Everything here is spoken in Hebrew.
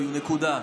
נקודה.